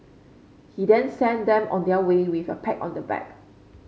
he then sent them on their way with a pat on the back